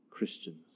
Christians